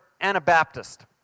Anabaptist